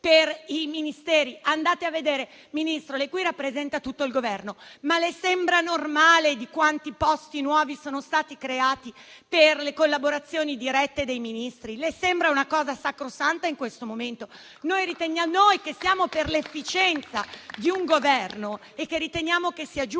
per i Ministeri e andate a vedere. Signor Ministro, lei qui rappresenta tutto il Governo, ma le sembrano normali i nuovi posti che sono stati creati per le collaborazioni dirette dei Ministri? Le sembra una cosa sacrosanta in questo momento? Noi che siamo per l'efficienza di un Governo e che riteniamo che sia giusto